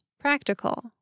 practical